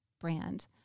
brand